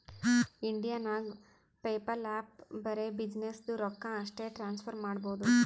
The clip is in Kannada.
ಇಂಡಿಯಾ ನಾಗ್ ಪೇಪಲ್ ಆ್ಯಪ್ ಬರೆ ಬಿಸಿನ್ನೆಸ್ದು ರೊಕ್ಕಾ ಅಷ್ಟೇ ಟ್ರಾನ್ಸಫರ್ ಮಾಡಬೋದು